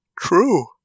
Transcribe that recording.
True